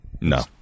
No